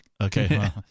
okay